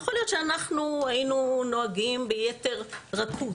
יכול להיות שאנחנו היינו נוהגים ביתר רכות,